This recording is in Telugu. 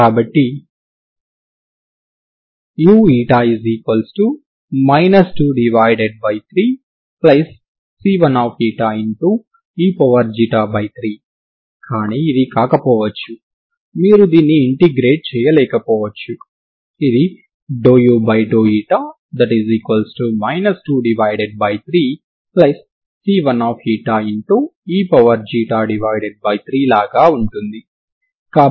కాబట్టి ఎనర్జీ ఆర్గ్యుమెంట్ ఏమిటంటే ఈ గతి శక్తిని ఇది కన్సర్వ్ చేస్తుందో లేదో మీరు పరిశీలన చేయాలనుకుంటున్నారు అంటే గతి శక్తి యొక్క ఉత్పన్నం 0 అవుతుందో కాదో తెలుసుకోవాలనుకుంటున్నారు